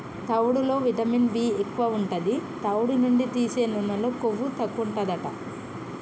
తవుడులో vitamin B ఎక్కువు ఉంటది, తవుడు నుండి తీసే నూనెలో కొవ్వు తక్కువుంటదట